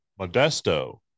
Modesto